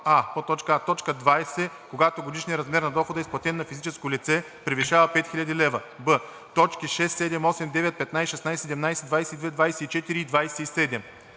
20, когато годишният размер на дохода, изплатен на физическо лице, превишава 5000 лв.; б) точки 6, 7, 8, 9, 15, 16, 17, 22, 24 и 27;“